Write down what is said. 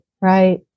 Right